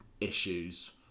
issues